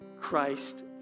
Christ